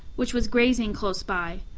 which was grazing close by,